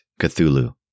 Cthulhu